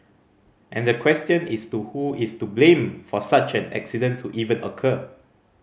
and the question is to who is to blame for such an accident to even occur